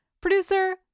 producer